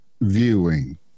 viewing